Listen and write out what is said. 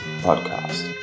Podcast